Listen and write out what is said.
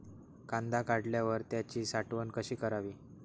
कांदा काढल्यावर त्याची साठवण कशी करावी?